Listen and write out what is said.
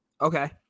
Okay